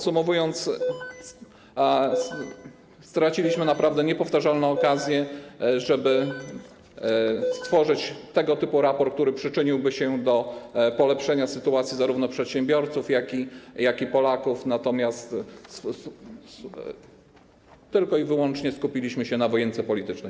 Straciliśmy naprawdę niepowtarzalną okazję, żeby stworzyć tego typu raport, który przyczyniłby się do polepszenia sytuacji zarówno przedsiębiorców, jak i wszystkich Polaków, natomiast tylko i wyłącznie skupiliśmy się na wojence politycznej.